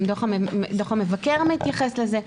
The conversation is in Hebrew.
גם דו"ח המבקר מתייחס לזה,